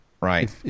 Right